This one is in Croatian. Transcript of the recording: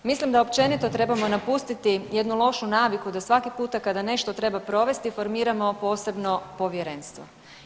Mislim da općenito trebamo napustiti jednu lošu naviku da svaki puta kada nešto treba provesti formiramo posebno povjerenstvo.